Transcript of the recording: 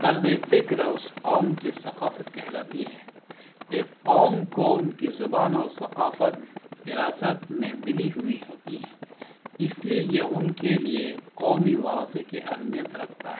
طرزِ فکر اس قوم کی ثقافت کہلاتی ہے ایک قوم کو ان کی زبان اور ثقافت وراثت میں ملی ہوئی ہوتی ہے اس لیے یہ ان کے لیے قومی ورثے کی اہمیت رکھتا ہے